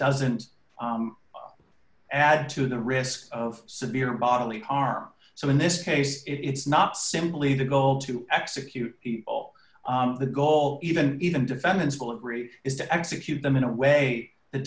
doesn't add to the risk of severe bodily harm so in this case it's not simply the goal to execute people the goal even even defendants will agree is to execute them in a way that